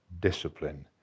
discipline